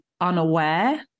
unaware